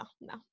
no